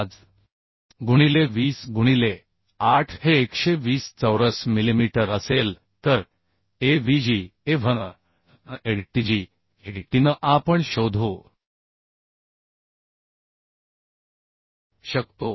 5 गुणिले 20 गुणिले 8 हे 120 चौरस मिलिमीटर असेल तर avg a v n a t g a t n आपण शोधू शकतो